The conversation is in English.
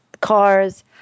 cars